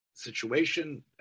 situation